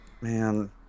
Man